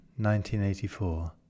1984